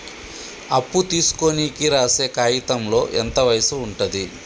అప్పు తీసుకోనికి రాసే కాయితంలో ఎంత వయసు ఉంటది?